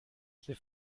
ses